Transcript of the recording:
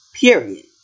period